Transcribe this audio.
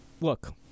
Look